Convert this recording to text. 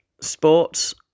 sports